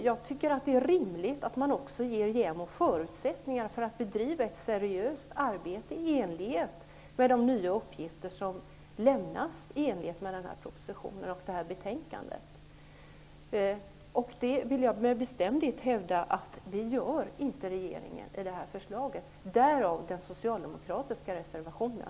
Jag tycker att det är rimligt att man också ger JämO förutsättningar att bedriva ett seriöst arbete i enlighet med de nya uppgifter som lämnas i propositionen och betänkandet. Jag vill med bestämdhet hävda att regeringen inte gör det i det här förslaget -- därav den socialdemokratiska reservationen.